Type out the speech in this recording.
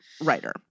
writer